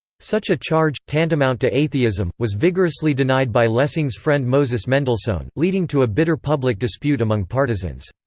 such a charge, tantamount to atheism, was vigorously denied by lessing's friend moses mendelssohn, leading to a bitter public dispute among partisans.